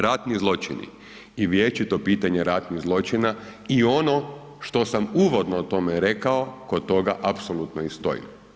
Ratni zločini i vječito pitanje ratnih zločina i ono što sam uvodno o tome rekao, kod toga apsolutno i stojim.